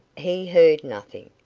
he heard nothing,